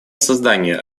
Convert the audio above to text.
создания